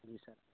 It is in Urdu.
جی سر